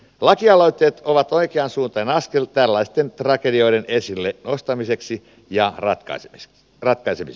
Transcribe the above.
lakialoitteet ovat oikeansuuntainen askel tällaisten tragedioiden esille nostamiseksi ja ratkaisemiseksi